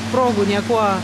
progų niekuo